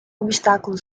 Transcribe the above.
obstáculo